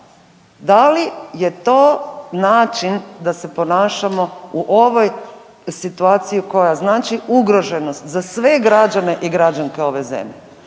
da li je to način da se ponašamo u ovoj situaciji koja znači ugroženost za sve građanke i građane ove zemlje.